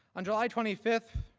on july twenty five,